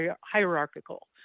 hierarchical